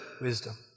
wisdom